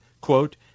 quote